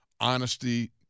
honesty